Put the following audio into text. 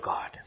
God